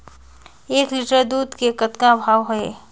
एक लिटर दूध के कतका भाव हे?